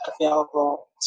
available